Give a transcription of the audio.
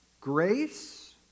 grace